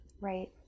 Right